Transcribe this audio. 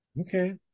Okay